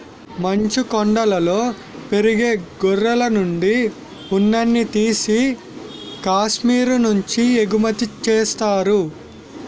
మంచుకొండలలో పెరిగే గొర్రెలనుండి ఉన్నిని తీసి కాశ్మీరు నుంచి ఎగుమతి చేత్తారు